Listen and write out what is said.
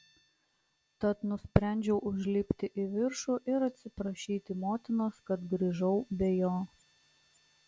tad nusprendžiau užlipti į viršų ir atsiprašyti motinos kad grįžau be jo